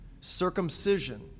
circumcision